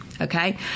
Okay